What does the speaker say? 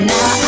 Now